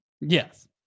Yes